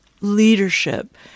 leadership